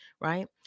Right